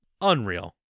Unreal